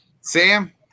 Sam